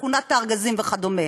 שכונת-הארגזים וכדומה.